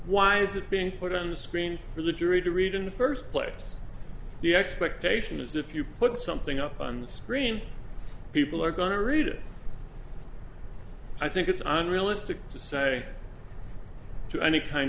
why is it being put on the screen for the jury to read in the first place the expectation is if you put something up on the screen people are going to read it i think it's unrealistic to say to any kind